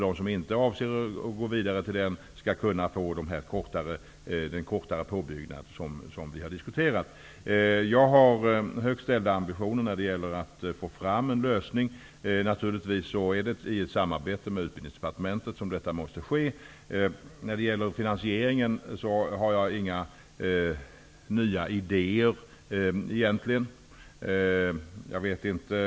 De som inte avser att gå vidare till den skall kunna få den kortare påbyggnad som vi har diskuterat. Jag har högt ställda ambitioner när det gäller att få fram en lösning. Naturligtvis måste detta ske i samarbete med Utbildningsdepartementet. När det gäller finansieringen har jag egentligen inga nya idéer.